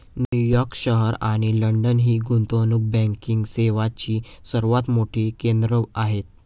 New York शहर आणि London ही गुंतवणूक बँकिंग सेवांची सर्वात मोठी केंद्रे आहेत